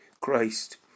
Christ